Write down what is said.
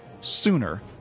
sooner